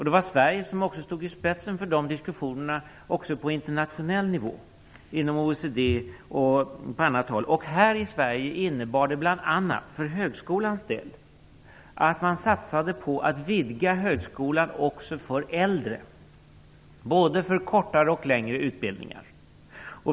Det var Sverige som stod i spetsen för de diskussionerna också på internationell nivå, inom OECD och på annat håll. Här i Sverige innebar det bl.a. att man satsade på att vidga högskolan också för äldre, både för kortare och för längre utbildningar.